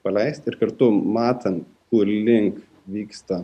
paleisti ir kartu matant kur link vyksta